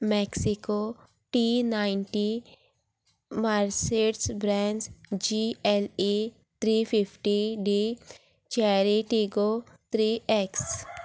Mexico T ninety Mercedes brands G L E three fifty D चॅरिटीगो three x